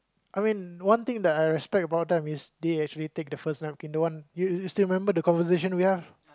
I mean one thing that I respect about them is they actually take the first time you you still remember the conversation we have